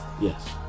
Yes